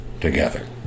together